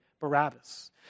Barabbas